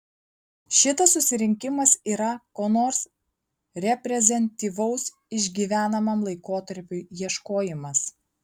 šitas susirinkimas yra ko nors reprezentatyvaus išgyvenamam laikotarpiui ieškojimas